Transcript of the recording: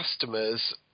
customers